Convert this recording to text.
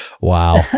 Wow